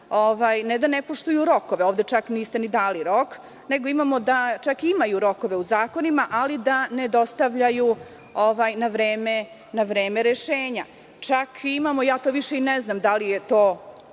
ne da ne poštuju rok, nego niste ni dali rok, nego imamo da imaju rokove u zakonima, ali da ne dostavljaju na vreme rešenja. Čak imamo, više i ne znam da li je to